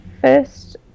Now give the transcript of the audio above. first